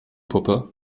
puppe